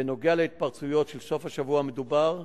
בנוגע להתפרצויות של סוף השבוע המדובר,